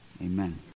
Amen